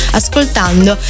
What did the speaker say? ascoltando